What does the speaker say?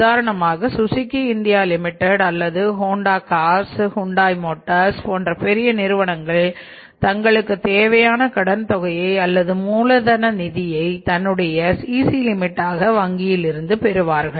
உதாரணமாக Suzuki India limited வங்கியிலிருந்து பெறுவார்கள்